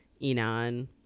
Enon